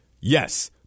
Yes